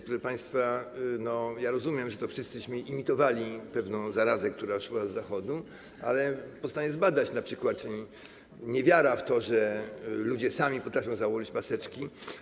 Proszę państwa, rozumiem, że wszyscy imitowaliśmy pewną zarazę, która szła z Zachodu, ale pozostaje zbadać np., czy niewiara w to, że ludzie sami potrafią założyć maseczki.